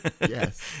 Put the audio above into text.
Yes